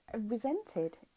resented